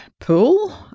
Pool